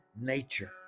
nature